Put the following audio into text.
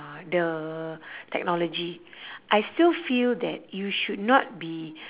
the technology I still feel that you should not be